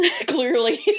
clearly